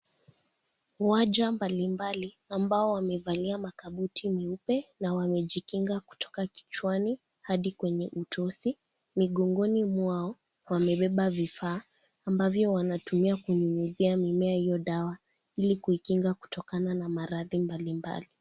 Maja mbalimbali, ambao wamevalia makabuti meupe na wamejikinga kutoka kichwani hadi kwenye utosi. Migongoni mwao wameweba vifaa, ambavyo wanatumia kunyunyizia mimea hiyo dawa, ilikuikinga kutokana na marathi mbalimbali.